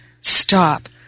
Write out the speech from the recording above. stop